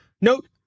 note